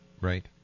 Right